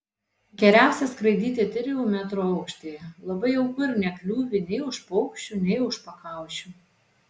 geriausia skraidyti trijų metrų aukštyje labai jauku ir nekliūvi nei už paukščių nei už pakaušių